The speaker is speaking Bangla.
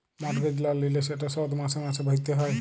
মর্টগেজ লল লিলে সেট শধ মাসে মাসে ভ্যইরতে হ্যয়